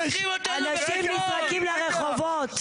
אנשים נהיים הומלסים, אנשים נזרקים לרחובות.